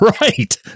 Right